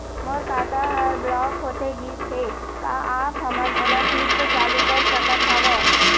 मोर खाता हर ब्लॉक होथे गिस हे, का आप हमन ओला फिर से चालू कर सकत हावे?